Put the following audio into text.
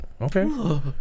okay